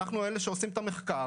אנחנו אלה שעושים את המחקר,